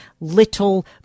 little